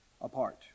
apart